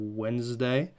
wednesday